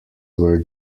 were